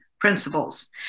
principles